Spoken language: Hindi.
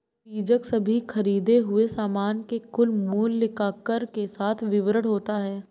बीजक सभी खरीदें हुए सामान के कुल मूल्य का कर के साथ विवरण होता है